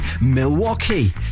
Milwaukee